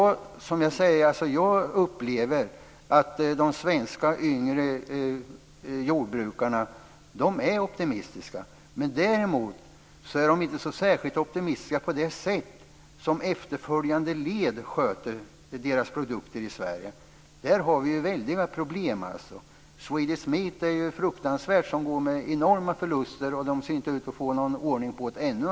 Jag upplever att de svenska yngre jordbrukarna är optimistiska. Däremot är de inte särskilt optimistiska när det gäller det sätt på vilket efterföljande led sköter deras produkter i Sverige. Där har vi väldiga problem. Swedish Meat går med enorma förluster. De ser inte ut att få någon ordning på det.